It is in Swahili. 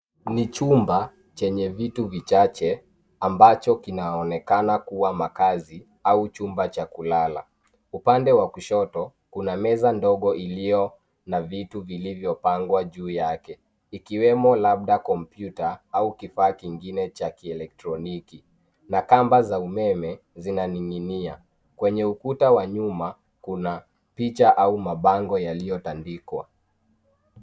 Ni chumba chenye vitu chache ambacho kinanaonekana kuwa makazi au Chumba cha kulala. Upande wa kushoto, kuna meza ndogo iliyo na vitu vilivyopangwa juu yake ikiwemo labda kompyuta au kifaa kingine cha kielektroniki na kamba za umeme zinaning'inia. Kwenye ukuta wa nyuma kuna picha au mabango yaliyotandikwa.